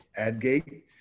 Adgate